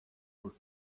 were